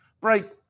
Break